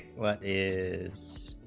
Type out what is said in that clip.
want is